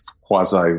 quasi